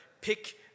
pick